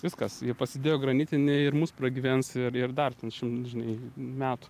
viskas jie pasidėjo granitinį ir mus pragyvens ir ir dar ten žinai metų